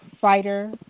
fighter